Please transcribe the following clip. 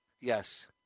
Yes